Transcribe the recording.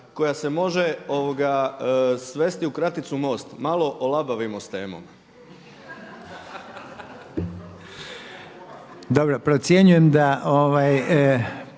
koja se može svesti u kraticu MOST, malo olabavimo s temom.